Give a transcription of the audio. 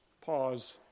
Pause